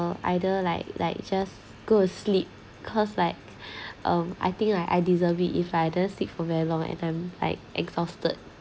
uh either like like just go to sleep cause like um I think like I deserve it if I didn't sleep for very long and I'm like exhausted